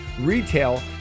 retail